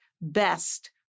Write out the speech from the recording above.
best